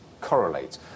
correlate